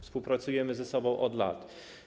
Współpracujemy ze sobą od lat.